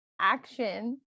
action